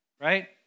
right